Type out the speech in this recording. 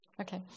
Okay